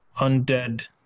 undead